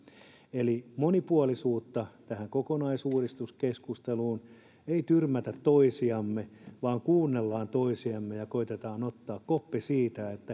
eli monipuolisuutta tähän kokonaisuudistuskeskusteluun ei tyrmätä toisiamme vaan kuunnellaan toisiamme ja koetetaan ottaa koppi että